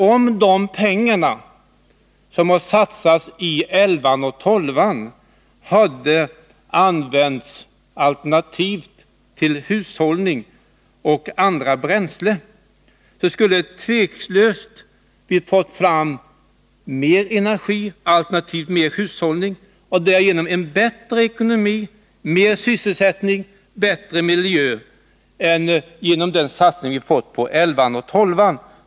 Om de pengar som har satsats i 11:an och 12:an hade använts alternativt, till hushållning och andra bränslen, skulle vi tveklöst fått fram mer energi alternativt mer hushållning och därigenom en bättre ekonomi, mer sysselsättning, bättre miljö än vi fått genom satsningen på 11:an och 12:an.